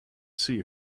see